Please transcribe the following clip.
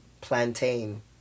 Plantain